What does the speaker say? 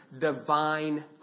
divine